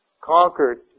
conquered